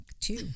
two